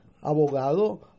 abogado